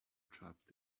trapped